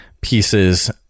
pieces